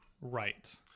Right